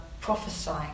prophesying